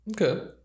Okay